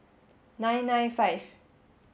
nine nine five